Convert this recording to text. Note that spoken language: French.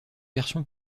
version